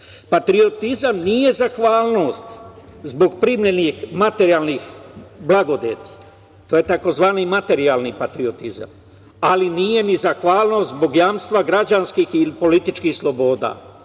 interes. Patriotizam nije zahvalnost zbog primljenih materijalnih blagodeti, to je tzv. materijalni patriotizam, ali nije ni zahvalnost zbog jamstva građanskih i političkih sloboda,